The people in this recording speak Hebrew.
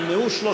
נמנעו,